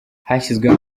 hashyizweho